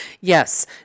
yes